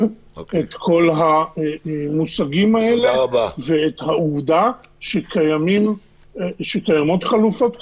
את כל המושגים האלה ואת העובדה שקיימות חלופות כאלה.